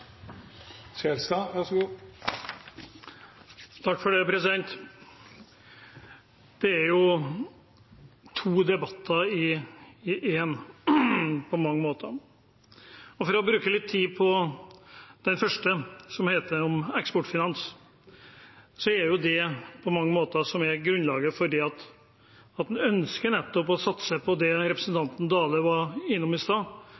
to debatter i én. For å bruke litt tid på den første, om Eksportfinans, er jo det på mange måter grunnlaget for at en nettopp ønsker å satse på det representanten Dale var innom i stad